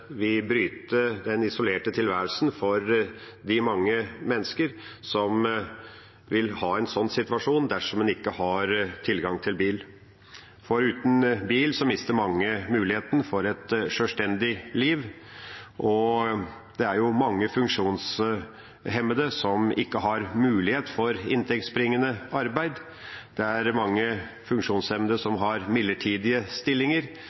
vi bryte den isolerte tilværelsen for de mange menneskene som vil komme i en sånn situasjon dersom de ikke har tilgang til bil. Uten bil mister mange muligheten til å leve et sjølstendig liv. Det er mange funksjonshemmede som ikke har mulighet til å ha inntektsbringende arbeid. Det er mange funksjonshemmede som har midlertidige stillinger,